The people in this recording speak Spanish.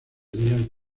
días